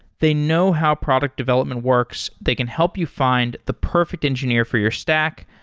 they know how product development works. they can help you find the perfect engineer for your stack,